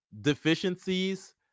deficiencies